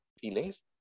feelings